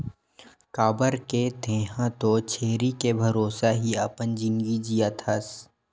काबर के तेंहा तो छेरी के भरोसा ही अपन जिनगी जियत हस